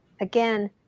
again